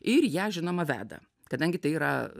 ir ją žinoma veda kadangi tai yra